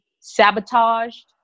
sabotaged